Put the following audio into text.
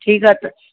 ठीकु आहे त